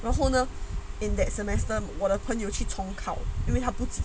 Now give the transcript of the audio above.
然后呢 in that semester 我的朋友去重考因为它不及格